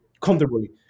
comfortably